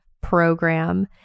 program